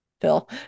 Phil